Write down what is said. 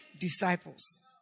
disciples